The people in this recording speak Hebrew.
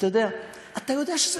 אתה יודע,